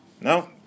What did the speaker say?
no